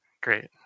Great